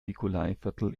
nikolaiviertel